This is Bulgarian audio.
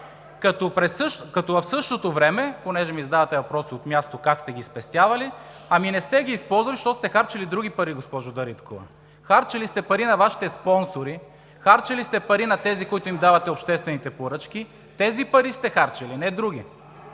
ГЕОРГИ СВИЛЕНСКИ: …понеже ми задавате въпроса от място: „Как сте ги спестявали?“ Ами не сте ги използвали, защото сте харчили други пари, госпожо Дариткова. Харчили сте пари на Вашите спонсори, харчили сте пари на тези, на които им давате обществените поръчки. Тези пари сте харчили не други!